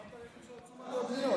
הוא שם את הערכים של תשומות הבנייה.